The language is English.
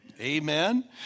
Amen